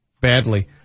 Badly